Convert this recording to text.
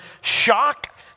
shock